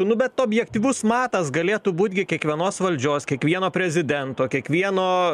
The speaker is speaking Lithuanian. nut bet objektyvus matas galėtų būt gi kiekvienos valdžios kiekvieno prezidento kiekvieno